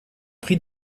pris